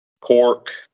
cork